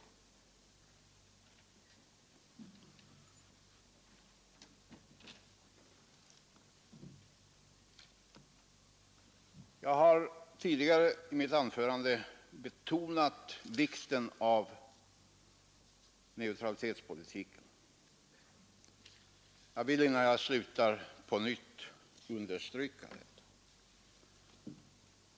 Jag har tidigare i mitt anförande betonat vikten av neutralitetspolitiken. Jag vill innan jag slutar på nytt understryka den.